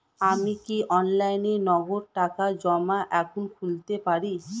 আমি কি অনলাইনে নগদ টাকা জমা এখন খুলতে পারি?